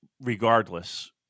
regardless